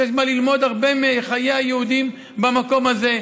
יש הרבה מה ללמוד מחיי היהודים במקום הזה.